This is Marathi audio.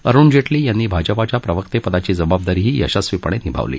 अरुण जेटली यांनी भाजपाच्या प्रवक्तेपदाची जबाबदारीही यशस्वीपणे निभावली